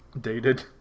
Dated